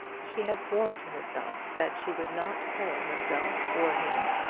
she had sworn to herself that she would not peril herself, or him,